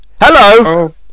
Hello